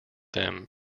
them